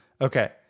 Okay